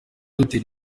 dutera